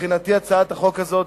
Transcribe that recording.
שמבחינתי הצעת החוק הזאת,